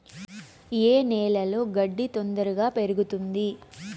ఏ నేలలో గడ్డి తొందరగా పెరుగుతుంది